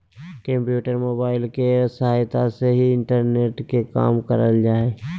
computer, mobile के सहायता से ही इंटरनेट के काम करल जा हय